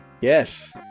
Yes